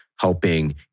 helping